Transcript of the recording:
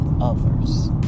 others